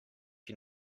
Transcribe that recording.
you